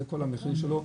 זה כל המחיר שלו.